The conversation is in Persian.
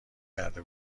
کرده